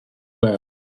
world